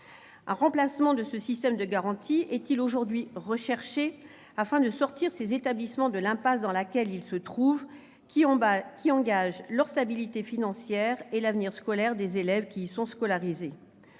Un remplacement de ce système de garantie est-il recherché afin de sortir ces établissements de l'impasse dans laquelle ils se trouvent et qui engage leur stabilité financière et l'avenir scolaire des élèves qui y sont scolarisés ?